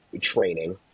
training